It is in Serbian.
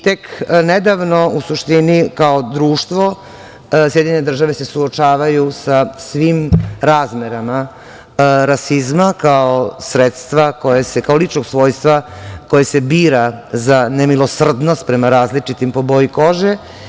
Tek nedavno, u suštini kao društvo, SAD se suočavaju sa svim razmerama rasizma kao sredstva, kao ličnog svojstva koje se bira za nemilosrdnost prema različitim po boji kože.